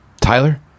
Tyler